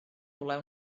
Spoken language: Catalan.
voler